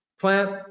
plant